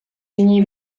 jiní